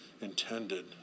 intended